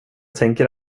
tänker